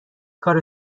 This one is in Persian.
کار